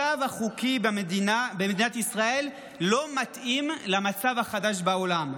המצב החוקי במדינה במדינת ישראל לא מתאים למצב החדש בעולם.